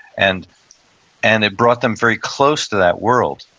and and it brought them very close to that world.